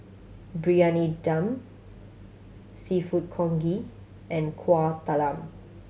Briyani Dum Seafood Congee and Kueh Talam